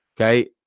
Okay